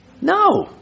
No